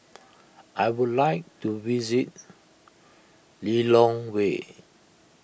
I would like to visit Lilongwe